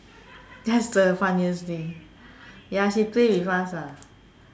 that's the funniest thing ya she play with us ah